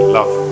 Love